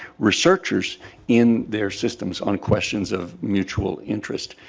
researchers in their systems on questions of mutual interest.